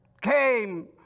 came